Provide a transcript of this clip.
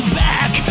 back